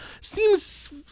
seems